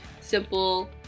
Simple